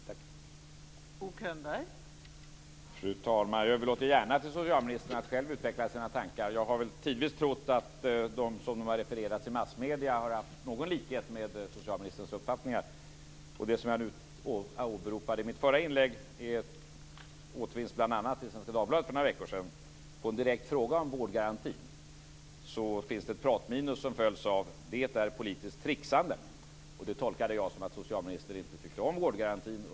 Tack!